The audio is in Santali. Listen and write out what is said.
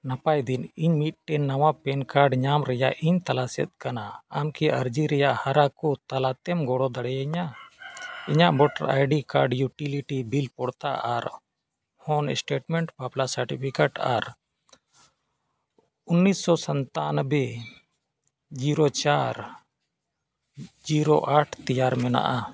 ᱱᱟᱯᱟᱭ ᱫᱤᱱ ᱤᱧ ᱢᱤᱫᱴᱟᱱ ᱱᱟᱣᱟ ᱯᱮᱱ ᱠᱟᱨᱰ ᱧᱟᱢ ᱨᱮᱭᱟᱜ ᱤᱧ ᱛᱚᱞᱟᱥᱮᱫ ᱠᱟᱱᱟ ᱟᱢᱠᱤ ᱟᱨᱡᱤ ᱨᱮᱭᱟᱜ ᱦᱟᱨᱟ ᱠᱚ ᱛᱟᱞᱟᱛᱮᱢ ᱜᱚᱲᱚ ᱫᱟᱲᱮᱭᱤᱧᱟᱹ ᱤᱧᱟᱹᱜ voter I D card utility bill ᱯᱚᱲᱛᱟ ᱟᱨ ᱦᱚᱱ ᱥᱴᱮᱴᱢᱮᱱᱴ ᱵᱟᱯᱞᱟ ᱥᱟᱨᱴᱤᱯᱷᱤᱠᱮᱴ ᱟᱨ ᱩᱱᱤᱥᱥᱚ ᱥᱟᱛᱟᱱᱚᱵᱵᱳᱭ ᱡᱤᱨᱳ ᱪᱟᱨ ᱡᱤᱨᱳ ᱟᱴ ᱛᱮᱭᱟᱨ ᱢᱮᱱᱟᱜᱼᱟ